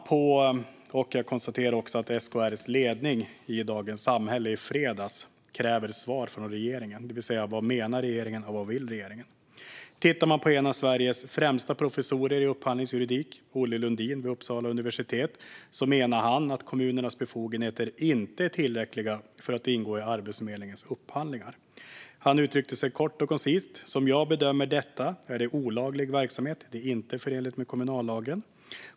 I fredagens Dagens Samhälle krävde dessutom SKR:s ledning svar från regeringen om vad den menar och vad den vill. En av Sveriges främsta professorer i upphandlingsjuridik, Olle Lundin vid Uppsala universitet, menar att kommunernas befogenheter inte är tillräckliga för att ingå i Arbetsförmedlingens upphandlingar. Han uttryckte sig kort och koncist: "Som jag bedömer det är detta olaglig verksamhet. Det är inte förenligt med kommunallagen.